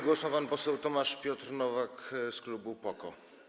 Głos ma pan poseł Tomasz Piotr Nowak z klubu PO-KO.